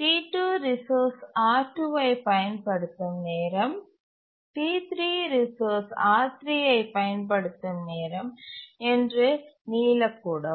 T2 resource R2ஐ பயன்படுத்தும் நேரம் T3 ரிசோர்ஸ் R3ஐ பயன்படுத்தும் நேரம் என்று நீல கூடும்